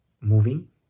moving